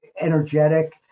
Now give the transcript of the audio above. energetic